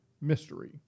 mystery